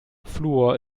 fluor